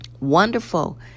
wonderful